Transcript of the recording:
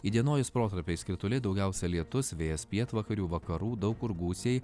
įdienojus protarpiais krituliai daugiausia lietus vėjas pietvakarių vakarų daug kur gūsiai